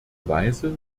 weise